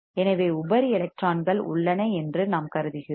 எனவே உபரி எலக்ட்ரான்கள் உள்ளன என்று நாம் கருதுகிறோம்